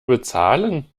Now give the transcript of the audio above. bezahlen